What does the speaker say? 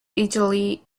italy